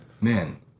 Man